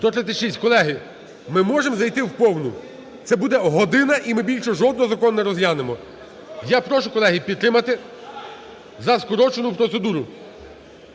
За-136 Колеги, ми можемо зайти в повну це буде година і ми більше жодного закону не розглянемо. Я прошу, колеги, підтримати за скорочену процедуру.